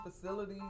facility